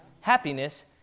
Happiness